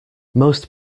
most